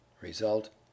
result